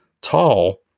tall